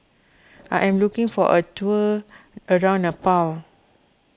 I am looking for a tour around Nepal